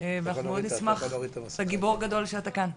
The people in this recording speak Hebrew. ואנחנו מאוד נשמח, אתה גיבור גדול שאתה כאן.